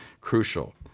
crucial